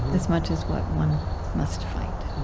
as much as what one must fight